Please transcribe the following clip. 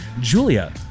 Julia